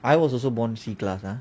I was also born C class ah